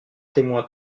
témoin